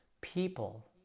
people